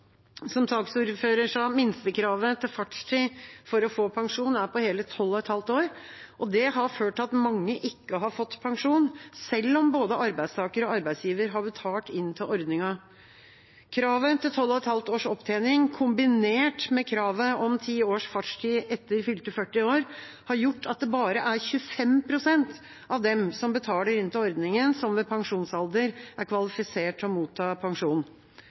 Som saksordføreren sa, er minstekravet til fartstid for å få pensjon hele 12,5 år, og det har ført til at mange ikke har fått pensjon selv om både arbeidstaker og arbeidsgiver har betalt inn til ordningen. Kravet til 12,5 års opptjening kombinert med kravet om 10 års fartstid etter fylte 40 år har gjort at det bare er 25 pst. av dem som betaler inn til ordningen, som ved pensjonsalder er kvalifisert til å motta pensjon.